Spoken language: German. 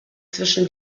zwischen